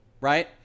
right